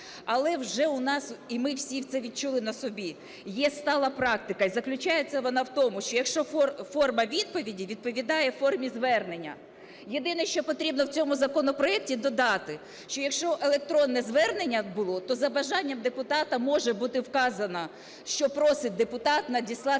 Але вже у нас, і ми всі це відчули на собі, є стала практика, і заключається вона в тому, що форма відповіді відповідає формі звернення. Єдине, що потрібно в цьому законопроекті додати, що якщо електронне звернення було, то за бажанням депутата може бути вказано, що просить депутат надіслати